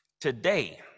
Today